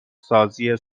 سازی